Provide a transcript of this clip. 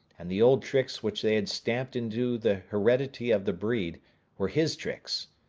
and the old tricks which they had stamped into the heredity of the breed were his tricks.